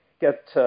get